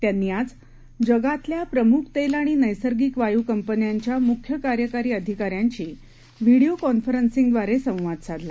त्यांनी आज जगातल्या प्रमुख तेल आणि नैसर्गिक वायू कंपन्यांच्या मुख्य कार्यकारी अधिकाऱ्यांशी व्हिडीओ कॉन्फरन्सिंगद्वारे संवाद साधला